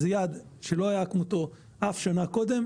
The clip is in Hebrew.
זה יעד שלא היה כמותו אף שנה קודם.